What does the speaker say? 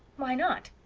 why not?